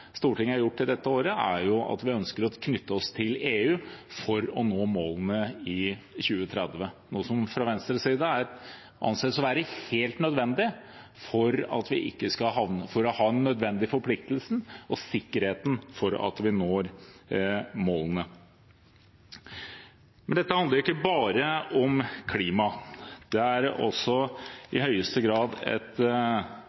Stortinget har gjort i dette året, er at vi ønsker å knytte oss til EU for å nå målene i 2030, noe som fra Venstres side anses å være helt nødvendig for å ha en forpliktelse til og en sikkerhet for at vi når målene. Men dette handler ikke bare om klima. Det er i høyeste grad også